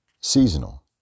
Seasonal